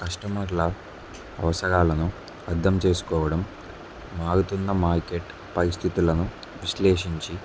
కస్టమర్ల అవసరాలను అర్థం చేసుకోవడం మారుతున్న మార్కెట్ పరిస్థితులను విశ్లేషించి